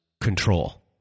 control